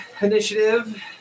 initiative